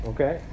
Okay